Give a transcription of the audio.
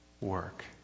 work